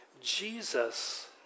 Jesus